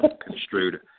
construed